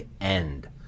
end